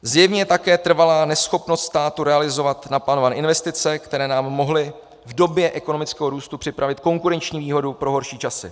Zjevně také trvalá neschopnost státu realizovat naplánované investice, které nám mohly v době ekonomického růstu připravit konkurenční výhodu pro horší časy.